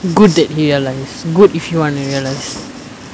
good that he realise good that if you want to realise